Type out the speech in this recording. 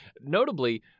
Notably